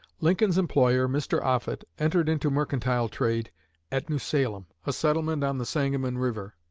lincoln's employer, mr. offutt, entered into mercantile trade at new salem, a settlement on the sangamon river,